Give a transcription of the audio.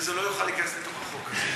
וזה לא יוכל להיכנס לתוך החוק הזה.